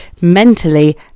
mentally